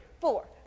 four